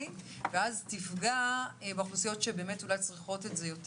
ואז תפגע באוכלוסיות שבאמת צריכות את זה יותר.